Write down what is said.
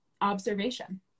observation